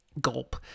Gulp